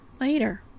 later